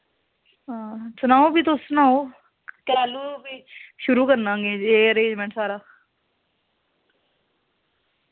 हां सनाओ फ्ही तुस सनाओ कैल्लू फ्ही शुरू करना एंगेज एह् अरेंजमैंट सारा